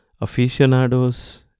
aficionados